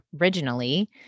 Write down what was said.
originally